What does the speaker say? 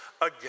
again